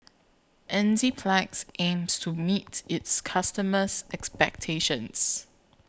Enzyplex aims to meet its customers' expectations